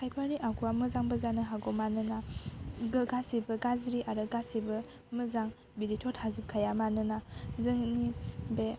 खायफानि आखुवा मोजांबो जानो हागौ मानोना गासिबो गाज्रि आरो गाज्रिबो मोजां बिदिथ' थाजोबखाया मानोना जोंनि बे